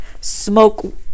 Smoke